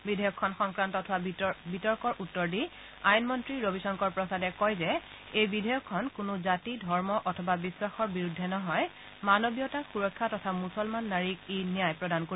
বিধেয়কখন সংক্ৰান্তত হোৱা বিতৰ্কৰ উত্তৰ দি আইন মন্ত্ৰী ৰবিশংকৰ প্ৰসাদে কয় যে এই বিধেয়কখনে কোনো জাতি ধৰ্ম অথবা বিশ্বাসৰ বিৰুদ্ধে নহয় মানৱীয়তাক সুৰক্ষা তথা মুছলমান নাৰীক ই ন্যায় প্ৰদান কৰিব